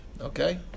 Okay